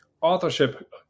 authorship